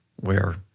where,